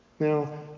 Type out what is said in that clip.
Now